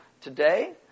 today